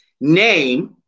Name